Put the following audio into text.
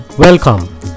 Welcome